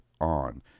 on